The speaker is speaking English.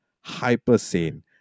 hyper-sane